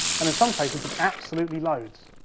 and in some places there's absolutely loads.